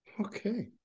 Okay